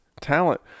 talent